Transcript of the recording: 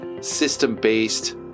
system-based